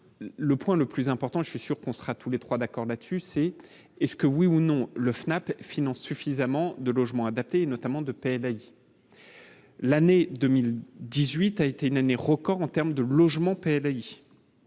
le point le plus important, je suis sûr qu'on sera tous les 3 d'accord là-dessus, c'est est-ce que oui ou non le FNAP finance suffisamment de logements adaptés notamment de paix Bailly l'année 2018 a été une année record en terme de logements PLI